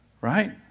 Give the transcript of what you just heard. right